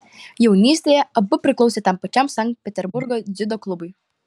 jaunystėje abu priklausė tam pačiam sankt peterburgo dziudo klubui